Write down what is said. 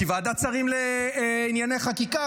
כי ועדת שרים לענייני חקיקה,